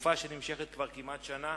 תקופה שנמשכת כבר כמעט שנה.